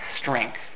strength